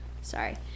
Sorry